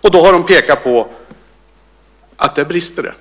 Då har man pekat på att det brister.